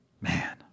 Man